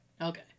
Okay